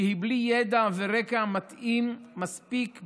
שהיא בלי ידע ורקע מתאים ומספיק,